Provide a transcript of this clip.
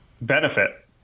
benefit